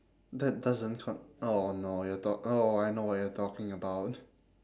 that doesn't con~ oh no you're talk~ oh I know what you're talking about